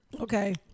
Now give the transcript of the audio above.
Okay